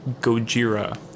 Gojira